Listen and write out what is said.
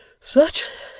such